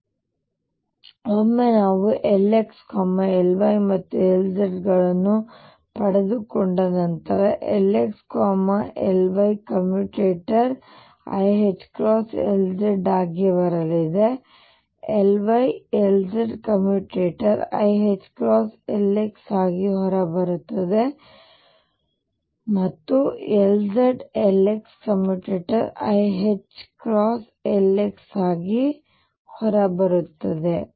ಈಗ ಒಮ್ಮೆ ನಾವು Lx Ly ಮತ್ತು Lz ಗಳನ್ನು ಪಡೆದುಕೊಂಡ ನಂತರ Lx Ly ಕಮ್ಯುಟೇಟರ್ iℏLz ಆಗಿ ಬರಲಿದೆ Ly Lz ಕಮ್ಯುಟೇಟರ್ iℏLx ಆಗಿ ಹೊರಬರುತ್ತದೆ ಮತ್ತು Lz Lx ಕಮ್ಯುಟೇಟರ್ iℏLx ಆಗಿ ಹೊರಬರುತ್ತದೆ